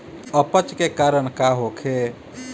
अपच के कारण का होखे?